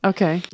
Okay